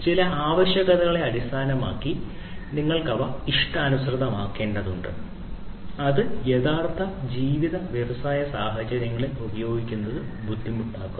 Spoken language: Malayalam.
ചില ആവശ്യകതകളെ അടിസ്ഥാനമാക്കി നിങ്ങൾ അവ ഇഷ്ടാനുസൃതമാക്കേണ്ടതുണ്ട് അത് യഥാർത്ഥ ജീവിത വ്യവസായ സാഹചര്യങ്ങളിൽ ഉപയോഗിക്കുന്നത് ബുദ്ധിമുട്ടാക്കുന്നു